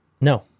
no